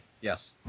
Yes